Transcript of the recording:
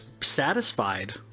satisfied